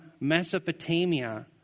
Mesopotamia